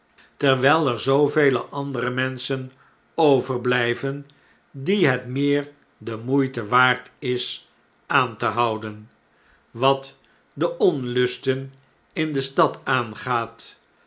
terwfll er zoovele andere menschen overblijven die het meer de moeite waard is aan te houden wat de onlusten in de stad aangaat